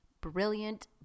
brilliant